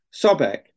Sobek